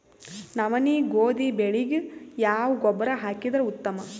ನವನಿ, ಗೋಧಿ ಬೆಳಿಗ ಯಾವ ಗೊಬ್ಬರ ಹಾಕಿದರ ಉತ್ತಮ?